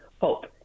hope